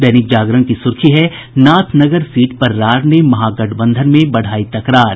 दैनिक जागरण की सुर्खी है नाथनगर सीट पर रार ने महागठबंधन में बढ़ायी तकरार